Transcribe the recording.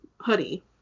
hoodie